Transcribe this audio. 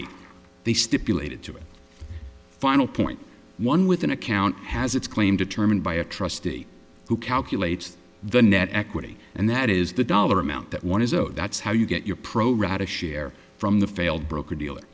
eight they stipulated to a final point one with an account has its claim determined by a trustee who calculates the net equity and that is the dollar amount that one is owed that's how you get your pro rata share from the failed broker dealer